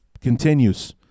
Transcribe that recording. continues